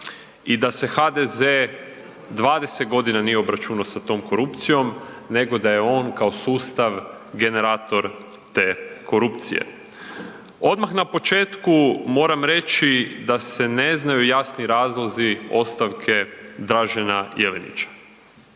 i da se HDZ 20 godina nije obračunao s tom korupcijom nego da je on kao sustav generator te korupcije. Odmah na početku moram reći da se ne znaju jasni razlozi ostavke Dražena Jelenića.